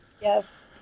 Yes